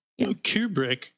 Kubrick